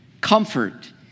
Comfort